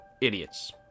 idiots